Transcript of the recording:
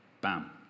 Bam